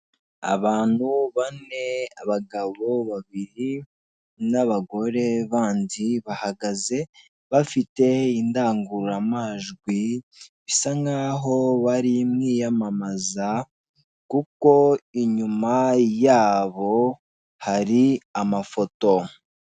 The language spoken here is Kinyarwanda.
Abantu bane abagabo babiri n'abagore bandi bahagaze bafite indangururamajwi, bisa nkaho bari mu iyamamaza kuko inyuma yabo hari amafoto.